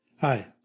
Hi